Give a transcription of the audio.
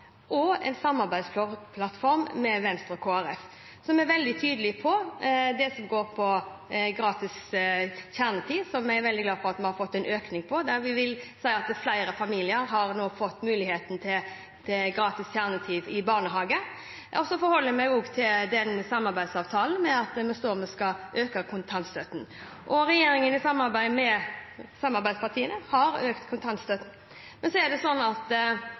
en samarbeidsavtale med Venstre og Kristelig Folkeparti, som er veldig tydelig på det som går på gratis kjernetid, som vi er veldig glade for at vi har fått en økning i. Flere familier har nå fått muligheten til gratis kjernetid i barnehage for barna sine. Jeg forholder meg også til samarbeidsavtalen, der det står at vi skal øke kontantstøtten, og regjeringen i samarbeid med samarbeidspartiene har økt kontantstøtten. Undersøkelser viser at bruken av kontantstøtte ikke har økt under denne regjeringen. Jeg har full forståelse for at det er viktig at